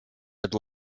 had